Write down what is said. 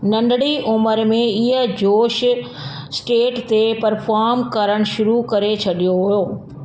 नंढिड़ी उमिरि में इअ जोश स्टेज ते परफॉर्म करणु शुरू करे छॾियो हुयो